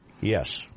Yes